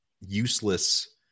useless